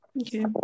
Okay